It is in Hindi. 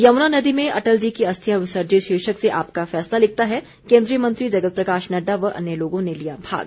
यमुना नदी में अटल जी की अस्थियां विसर्जित शीर्षक से आपका फैसला लिखता है केंद्रीय मंत्री जगत प्रकाश नड्डा व अन्य लोगों ने लिया भाग